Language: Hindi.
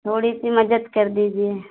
थोड़ी सी मदद कर दीजिए